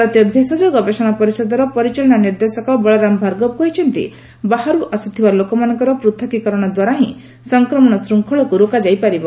ଭାରତୀୟ ଭେଷଜ ଗବେଷଣା ପରିଷଦର ପରିଚାଳନା ନିର୍ଦ୍ଦେଶକ ବଳରାମ ଭାର୍ଗବ କହିଛନ୍ତି ବାହାରୁ ଆସୁଥିବା ଲୋକମାନଙ୍କର ପୃଥକୀକରଣ ଦ୍ୱାରା ହିଁ ସଂକ୍ରମଣ ଶୃଙ୍ଖଳକୁ ରୋକାଯାଇପାରିବ